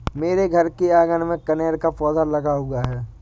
मेरे घर के आँगन में कनेर का पौधा लगा हुआ है